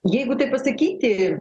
jeigu taip pasakyti